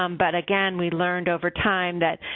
um but, again, we learned over time that,